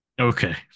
Okay